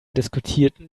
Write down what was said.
diskutierten